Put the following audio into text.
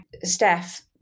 Steph